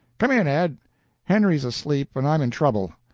come in, ed henry's asleep, and i'm in trouble.